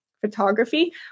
photography